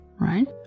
right